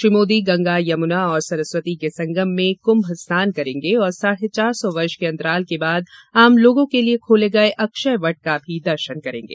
श्री मोदी गंगा यमुना और सरस्वती के संगम में कुम्भ स्नान करेंगे और साढ़े चार सौ वर्ष के अंतराल के बाद आम लोगों के लिए खोले गए अक्षयवट का भी दर्शन करेंगे